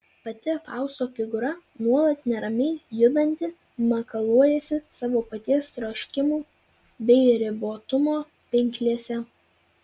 pati fausto figūra nuolat neramiai judanti makaluojasi savo paties troškimų bei ribotumo pinklėse